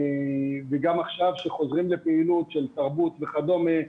וגם עכשיו כשחוזרים לפעילות של תרבות וכדומה,